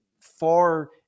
far